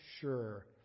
sure